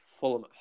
Fulham